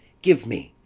give me,